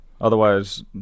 otherwise